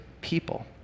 people